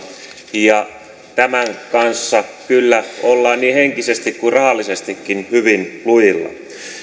ja tämän kanssa kyllä ollaan niin henkisesti kuin rahallisestikin hyvin lujilla